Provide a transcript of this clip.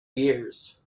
years